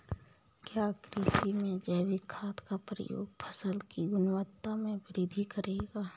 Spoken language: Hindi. क्या कृषि में जैविक खाद का प्रयोग फसल की गुणवत्ता में वृद्धि करेगा?